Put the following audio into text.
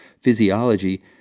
physiology